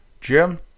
Jim